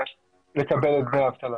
לקבל את דמי האבטלה.